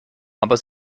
aber